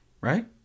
right